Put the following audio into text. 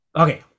Okay